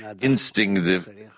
instinctive